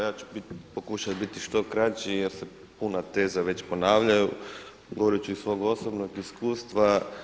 Ja ću pokušati biti što kraći jer se puno teza već ponavljaju, govorit ću iz svog osobnog iskustva.